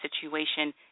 situation